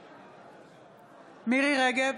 מרים רגב,